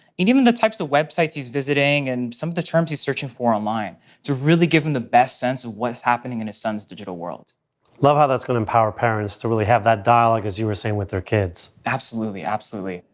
and even the types of websites he's visiting, and some of the terms he's searching for online to really give them the best sense of what's happening in his son's digital world. i love how that's going to empower parents to really have that dialogue, as you were saying, with their kids. absolutely. absolutely.